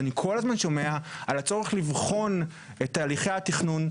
ואני כל הזמן שומע על הצורך לבחון את תהליכי התכנון,